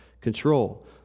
control